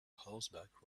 horseback